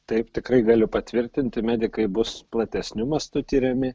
taip tikrai galiu patvirtinti medikai bus platesniu mastu tiriami